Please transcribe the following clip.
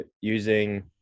using